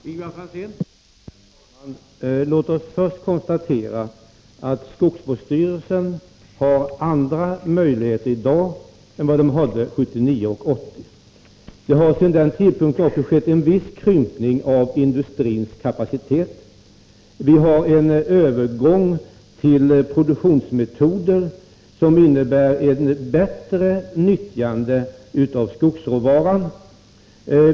Herr talman! Låt oss först konstatera att skogsvårdsstyrelsen har andra möjligheter i dag än den hade 1979 och 1980. Det har sedan den tidpunkten också skett en viss krympning av industrins kapacitet. Vi har haft en övergång till produktionsmetoder som innebär ett bättre nyttjande av skogsråvaran.